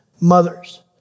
mothers